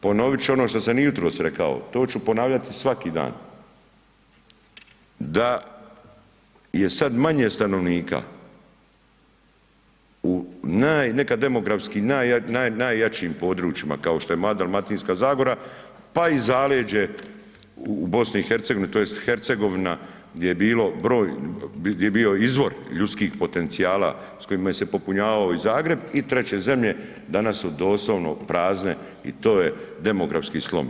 Ponoviti ću ono što sam i jutros rekao, to ću ponavljati svaki dan da je sad manje stanovnika u naj nekad demografski najjačim područjima kao što je moja Dalmatinska zagora pa i zaleđe u BiH, tj. Hercegovina gdje je bio izvor ljudskih potencijala s kojima se je popunjavao i Zagreb i treće zemlje, danas su doslovno prazne i to je demografski slom.